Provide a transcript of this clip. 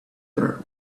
there